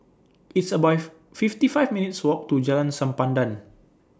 It's about fifty five minutes' Walk to Jalan Sempadan